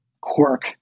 quirk